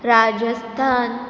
Rajasthan